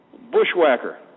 bushwhacker